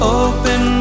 open